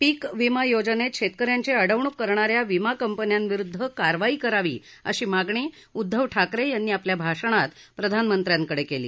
पीक विमा योजनेत शेतक यांची अडवणूक करणा या विमा कंपन्यांविरुदध कारवाई करावी अशी मागणी उदधव ठाकरे यांनी आपल्या भाषणात प्रधानमंत्र्यांकडे केली